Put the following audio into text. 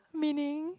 meaning